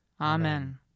Amen